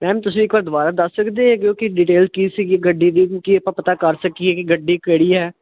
ma'am ਤੁਸੀਂ ਇੱਕ ਵਾਰ ਦੁਬਾਰਾ ਦੱਸ ਸਕਦੇ ਕਿਉਂਕਿ ਡਿਟੇਲ ਕੀ ਸੀਗੀ ਗੱਡੀ ਦੀ ਕੀ ਆਪਾਂ ਪਤਾ ਕਰ ਸਕੀਏ ਕਿ ਗੱਡੀ ਕਿਹੜੀ ਹ